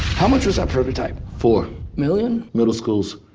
how much was that prototype? four. million? middle schools.